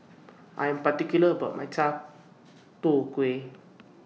I Am particular about My Chai Tow Kway